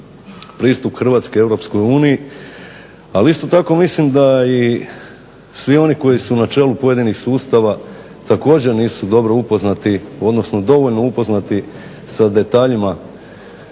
pristup Hrvatske EU, ali isto tako mislim da i svi oni koji su na čelu pojedinih sustava također nisu dobro upoznati, odnosno dovoljno upoznati sa detaljima